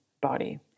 body